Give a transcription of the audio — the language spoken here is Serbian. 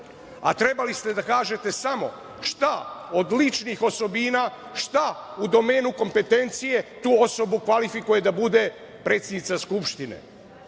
A trebali ste da kažete samo šta od ličnih osobina, šta u domenu kompetencije tu osobu kvalifikuje da bude predsednica Skupštine. Dakle,